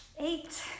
eight